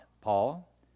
Paul